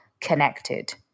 connected